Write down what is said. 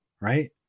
Right